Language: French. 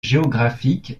géographique